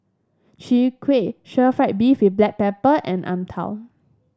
Chwee Kueh Stir Fried Beef with Black Pepper and ang tao